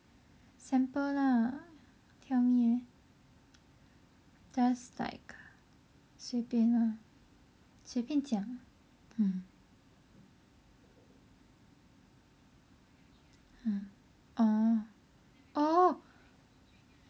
sample lah tell me leh just like 随便 lah 随便讲 mm mm orh oh